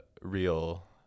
real